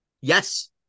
Yes